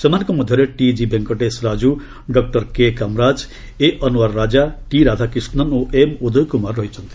ସେମାନଙ୍କ ମଧ୍ୟରେ TG Venkatesh Raju doctor K Kamaraj A Anwar Raja T Radhakrishnan ଓ ଏମ ଉଦୟ କୁମାର ରହିଛନ୍ତି